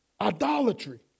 Idolatry